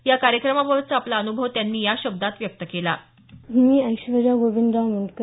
या कार्यक्रमाबाबतचा आपला अनुभव त्यांनी या शब्दांत व्यक्त केला मी ऐश्वर्या गोविंदराव म्रंडकर